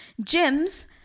gyms